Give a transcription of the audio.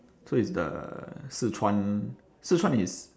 so it's the sichuan sichuan is